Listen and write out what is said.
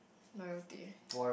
loyalty